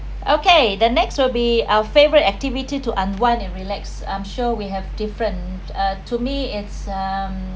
okay the next will be our favourite activity to unwind and relax I'm sure we have different uh to me it's um